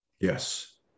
Yes